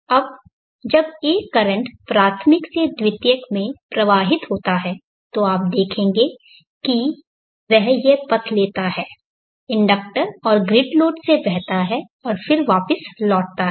अब जब एक करंट प्राथमिक से द्वितीयक में प्रवाहित होता है तो आप देखेंगे कि वह यह पथ लेता है इंडक्टर और ग्रिड लोड से बहता है और फिर वापस लौटता है